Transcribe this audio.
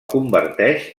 converteix